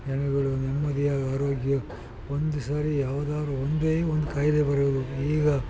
ಜನಗಳು ನೆಮ್ಮದಿಯ ಆರೋಗ್ಯ ಒಂದು ಸರಿ ಯಾವುದಾದರೂ ಒಂದೇ ಒಂದು ಕಾಯಿಲೆ ಬರೋದು ಈಗ